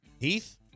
Heath